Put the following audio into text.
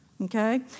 okay